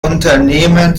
unternehmen